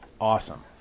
awesome